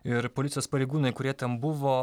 ir policijos pareigūnai kurie ten buvo